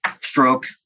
stroke